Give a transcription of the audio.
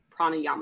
Pranayama